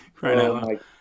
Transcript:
right